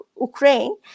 Ukraine